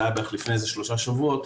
זה היה בערך לפני שלושה שבועות,